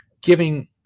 giving